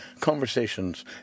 conversations